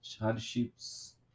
hardships